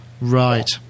right